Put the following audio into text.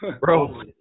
Bro